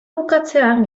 bukatzean